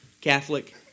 Catholic